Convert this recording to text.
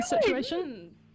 situation